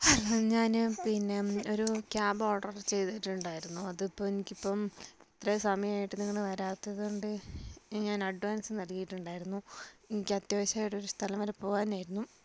hello ഞാൻ പിന്നെ ഒരു ക്യാബ് ഓർഡർ ചെയ്തിട്ടുണ്ടായിരുന്നു അതിപ്പം എനിക്കിപ്പം ഇത്രയും സമയമായിട്ട് നിങ്ങൾ വരാത്തതുകൊണ്ട് ഞാൻ അഡ്വാൻസ് നല്കിയിട്ടുണ്ടായിരുന്നു എനിക്ക് അത്യാവശ്യമായിട്ട് ഒരു സ്ഥലം വരെ പോകുവാനായിരുന്നു